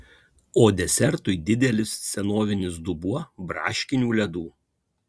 o desertui didelis senovinis dubuo braškinių ledų